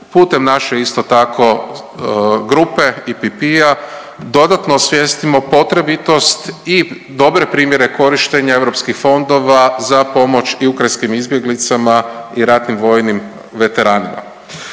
putem naše isto tako grupe IPP-a dodatno osvijestimo potrebitost i dobre primjere korištenja europskih fondova za pomoć i ukrajinskim izbjeglicama i ratnim vojnim veteranima.